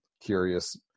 curious